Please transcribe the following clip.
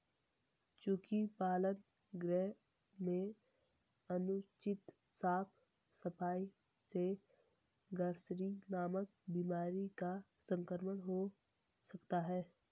चोकी पालन गृह में अनुचित साफ सफाई से ग्रॉसरी नामक बीमारी का संक्रमण हो सकता है